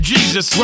Jesus